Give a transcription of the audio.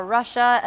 Russia